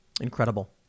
Incredible